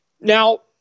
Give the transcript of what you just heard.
Now